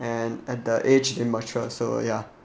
and at the age in mature so ya